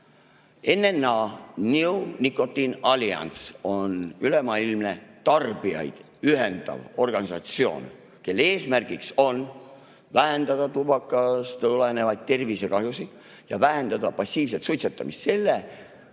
NNA, New Nicotine Alliance, on ülemaailmne tarbijaid ühendav organisatsioon, kelle eesmärk on vähendada tubakast tulenevaid tervisekahjusid ja vähendada passiivset suitsetamist. Ja selle